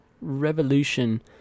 revolution